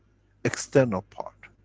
external part.